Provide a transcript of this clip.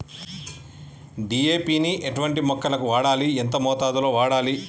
DAP ని ఎటువంటి మొక్కలకు వాడాలి? ఎంత మోతాదులో వాడాలి?